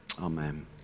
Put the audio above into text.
Amen